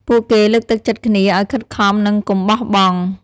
ពួកគេលើកទឹកចិត្តគ្នាឲ្យខិតខំ និងកុំបោះបង់។